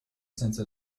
senza